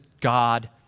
God